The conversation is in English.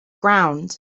ground